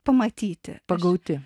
pamatyti pagauti